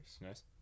Nice